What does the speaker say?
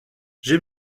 j’ai